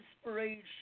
Inspiration